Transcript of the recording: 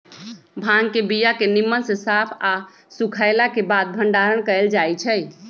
भांग के बीया के निम्मन से साफ आऽ सुखएला के बाद भंडारण कएल जाइ छइ